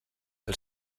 del